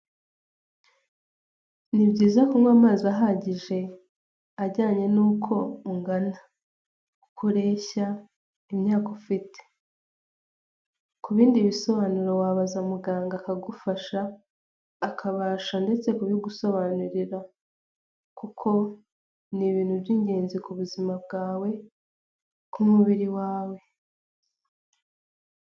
Ni byiza kunywa amazi ahagije , ajyanye n'uko ungana . Uko ureshya ,imyaka ufite. Ku bindi bisobanuro wabaza muganga akagufasha ,akabasha ndetse kubigusobanurira. Kuko ni ibintu by'ingenzi ku buzima bwawe ,ku mubiri wawe.